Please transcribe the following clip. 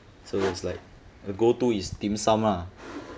so its like your go to is dim sum lah